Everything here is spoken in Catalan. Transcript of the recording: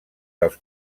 dels